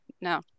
No